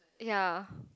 ya